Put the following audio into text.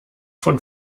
von